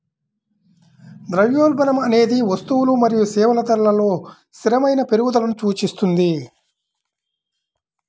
ద్రవ్యోల్బణం అనేది వస్తువులు మరియు సేవల ధరలలో స్థిరమైన పెరుగుదలను సూచిస్తుంది